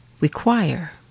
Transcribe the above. require